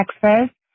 Texas